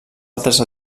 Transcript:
altres